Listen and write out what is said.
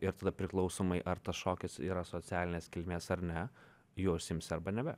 ir tada priklausomai ar tas šokis yra socialinės kilmės ar ne juo užsiimsi arba nebe